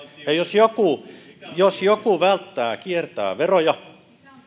ja jos joku jos joku välttää kiertää veroja